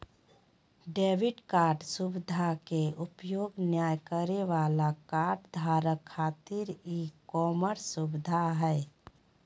debit card सुवधा के उपयोग नय करे वाला कार्डधारक खातिर ई कॉमर्स सुविधा हइ